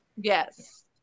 Yes